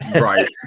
Right